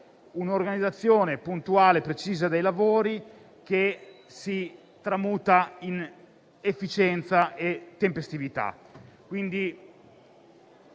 un'organizzazione puntuale e precisa dei lavori che si tramuta in efficienza e tempestività.